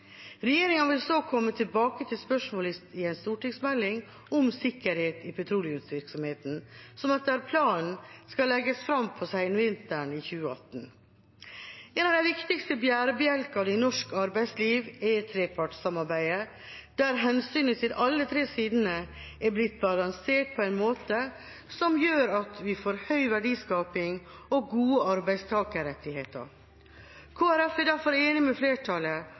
Regjeringa vil så komme tilbake til spørsmålet i en stortingsmelding om sikkerhet i petroleumsvirksomheten, som etter planen skal legges fram på senvinteren 2018. En av de viktigste bærebjelkene i norsk arbeidsliv er trepartssamarbeidet, der hensynet til alle de tre sidene er blitt balansert på en måte som gjør at vi får høy verdiskaping og gode arbeidstakerrettigheter. Kristelig Folkeparti er derfor enig med flertallet